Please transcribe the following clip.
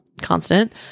constant